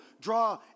draw